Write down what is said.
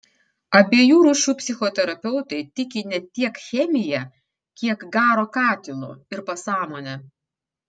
abiejų rūšių psichoterapeutai tiki ne tiek chemija kiek garo katilu ir pasąmone